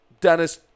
Dennis